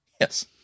Yes